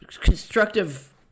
constructive